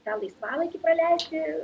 tą laisvalaikį praleisti